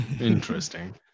interesting